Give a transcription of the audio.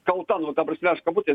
kalta nu ta prasme aš kabutėse